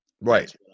right